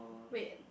wait